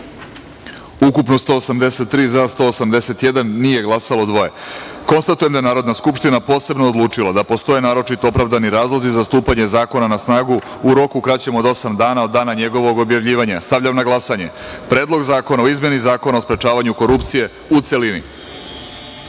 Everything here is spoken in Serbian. ukupno – 183, za – 181, nije glasalo – dvoje. Konstatujem da je Narodna skupština posebno odlučila da postoje naročito opravdani razlozi za stupanje zakona na snagu u roku kraćem od osam od dana njegovog objavljivanja. Stavljam na glasanje Predlog zakona o izmeni Zakona o sprečavanju korupcije, u